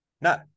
No